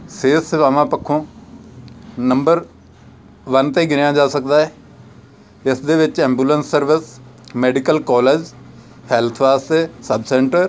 ਸਿਹਤ ਸੇਵਾਵਾਂ ਪੱਖੋਂ ਨੰਬਰ ਵਨ 'ਤੇ ਗਿਣਿਆ ਜਾ ਸਕਦਾ ਹੈ ਇਸ ਦੇ ਵਿੱਚ ambulance service medical college health ਵਾਸਤੇ ਸਬ ਸੈਂਟਰ